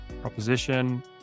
proposition